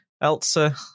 Elsa